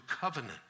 covenant